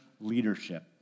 leadership